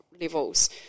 levels